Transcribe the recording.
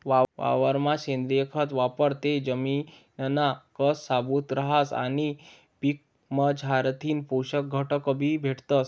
वावरमा सेंद्रिय खत वापरं ते जमिनना कस शाबूत रहास आणि पीकमझारथीन पोषक घटकबी भेटतस